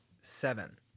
seven